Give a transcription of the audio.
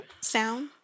Sound